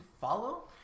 follow